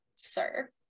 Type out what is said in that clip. sir